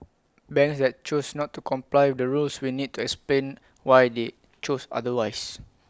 banks that choose not to comply the rules will need to explain why they chose otherwise